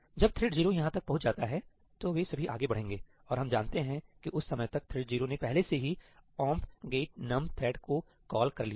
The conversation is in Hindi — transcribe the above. जब थ्रेड 0 यहां तक पहुंच जाता है तो वे सभी आगे बढ़ेंगे ठीक हैऔर हम जानते हैं कि उस समय तक थ्रेड 0 ने पहले से ही 'omp get num thread ' को कॉल कर लिया है